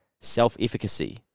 self-efficacy